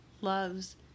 loves